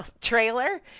trailer